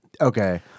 Okay